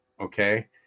Okay